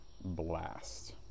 blast